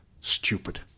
Stupid